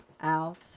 out